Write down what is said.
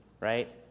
right